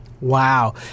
Wow